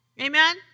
Amen